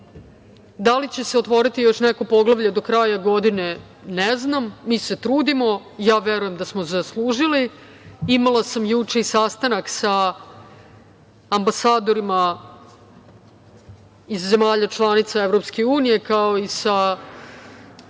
Da li će se otvoriti još neko poglavlje do kraja godine, ne znam. Mi se trudimo. Ja verujem da smo zaslužili. Imala sam juče sastanak sa ambasadorima iz zemalja članica EU, kao i sa